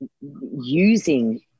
using